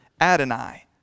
Adonai